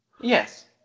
Yes